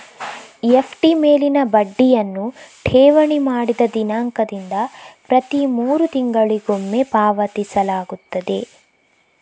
FD ಮೇಲಿನ ಬಡ್ಡಿಯನ್ನು ಠೇವಣಿ ಮಾಡಿದ ದಿನಾಂಕದಿಂದ ಪ್ರತಿ ಮೂರು ತಿಂಗಳಿಗೊಮ್ಮೆ ಪಾವತಿಸಲಾಗುತ್ತದೆ